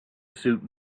suit